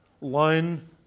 line